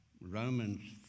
Romans